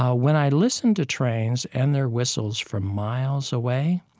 ah when i listen to trains and their whistles from miles away,